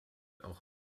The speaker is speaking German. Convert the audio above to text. auch